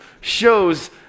shows